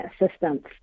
assistance